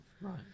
right